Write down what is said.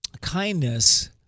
kindness